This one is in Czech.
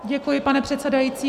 Děkuji, pane předsedající.